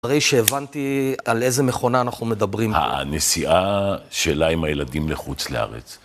הרי שהבנתי על איזה מכונה אנחנו מדברים. הנסיעה שלה עם הילדים לחוץ לארץ.